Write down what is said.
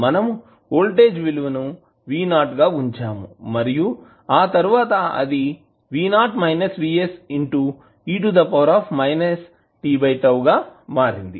మనము వోల్టేజ్ విలువ V0 గా ఉంచాము మరియు ఆ తరువాత అది e tగా మారింది